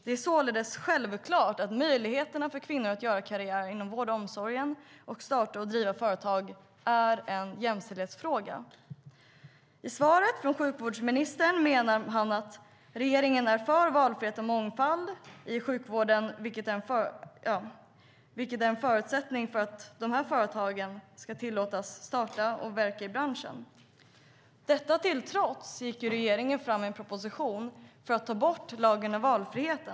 Det är således självklart att möjligheterna för kvinnor att göra karriär inom vård och omsorg samt att starta och driva företag är en jämställdhetsfråga. Sjukvårdsministern svarade att regeringen är för valfrihet och mångfald i sjukvården, vilket är en förutsättning för att företagen ska tillåtas starta och verka i branschen. Detta till trots gick regeringen fram i en proposition för att ta bort lagen om valfrihetssystem.